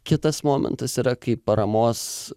kitas momentas yra kai paramos